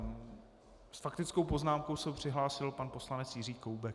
S faktickou poznámkou se přihlásil pan poslanec Jiří Koubek.